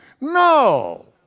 No